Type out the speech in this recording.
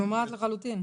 שומעת לחלוטין.